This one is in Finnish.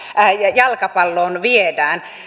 jalkapalloon viedään